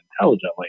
intelligently